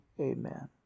amen